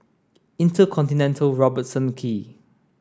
InterContinental Robertson Quay